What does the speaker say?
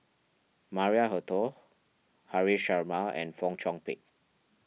Maria Hertogh Haresh Sharma and Fong Chong Pik